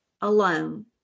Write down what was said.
alone